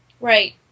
Right